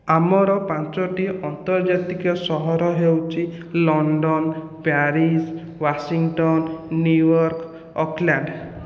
ଆମର ପାଞ୍ଚଟି ଅନ୍ତର୍ଜାତିକ ସହର ହେଉଛି London Paris Washington New York Auckland